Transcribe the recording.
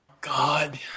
God